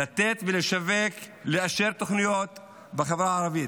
לתת ולשווק, לאשר תוכניות בחברה הערבית.